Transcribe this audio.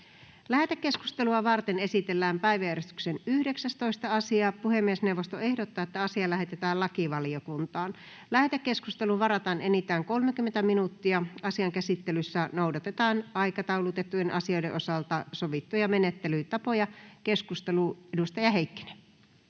Lähetekeskustelua varten esitellään päiväjärjestyksen 19. asia. Puhemiesneuvosto ehdottaa, että asia lähetetään lakivaliokuntaan. Lähetekeskusteluun varataan enintään 30 minuuttia. Asian käsittelyssä noudatetaan aikataulutettujen asioiden osalta sovittuja menettelytapoja. — Keskustelu, edustaja Heikkinen.